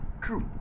truth